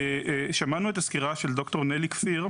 שמענו את הסקירה של ד"ר נלי כפיר.